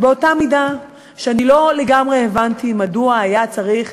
באותה מידה שאני לא לגמרי הבנתי מדוע היה צריך